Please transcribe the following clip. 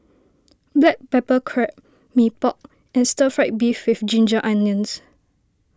Black Pepper Crab Mee Pok and Stir Fried Beef with Ginger Onions